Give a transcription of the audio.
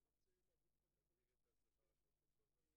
אני מנהל מחלקת נוער בבית-חולים גאה.